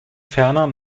ferner